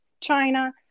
China